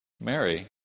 Mary